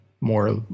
more